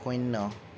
শূন্য